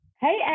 Hey